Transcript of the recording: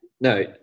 No